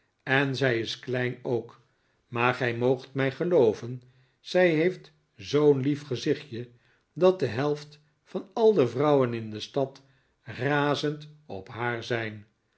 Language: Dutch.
en zij is klein ook maar gij moogt mij gelooven zij heeft zoo'n lief gezichtje dat de helft van al de vrouwen in de stad razend op haar zijn